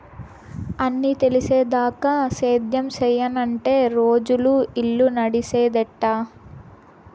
అన్నీ తెలిసేదాకా సేద్యం సెయ్యనంటే రోజులు, ఇల్లు నడిసేదెట్టా